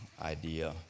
idea